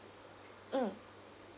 mm